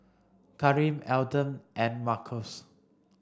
Kareem Elton and Markus